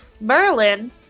Merlin